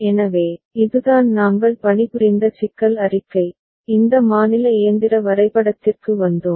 எனவே இதுதான் நாங்கள் பணிபுரிந்த சிக்கல் அறிக்கை இந்த மாநில இயந்திர வரைபடத்திற்கு வந்தோம்